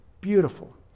beautiful